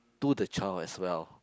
to the child as well